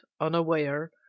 unaware